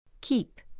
keep